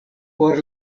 por